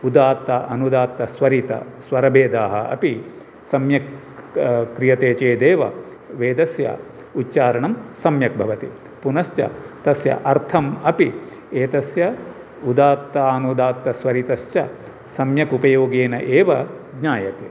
उदात्त अनुदात्त स्वरित स्वरभैदाः अपि सम्यक् क्रियते चेदेव वेदस्य उच्चारणं सम्यक् भवति पुनश्च तस्य अर्थम् अपि एतस्य उदात्तानुदात्तस्वरितस्य सम्यक् उपयोगेन एव ज्ञायते